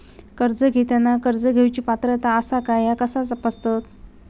कर्ज घेताना कर्ज घेवची पात्रता आसा काय ह्या कसा तपासतात?